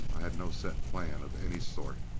i had no set plan of any sort.